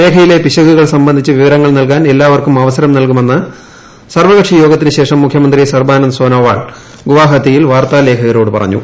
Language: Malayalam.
രേഖയിലെ പിശകുകൾ സംബന്ധിച്ച് വിവരങ്ങൾ നൽകാൻ എല്ലാവർക്കും അവസരം നൽകുമെന്ന് സർവ്വകക്ഷി യോഗത്തിനു ശേഷം മുഖ്യമന്ത്രി സർവാനന്ദ് സോനോവാൾ ഗുവഹാത്തിയിൽ വാർത്താ ലേഖഖരോട് പറഞ്ഞു